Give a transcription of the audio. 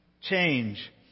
Change